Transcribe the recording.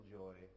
joy